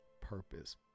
purpose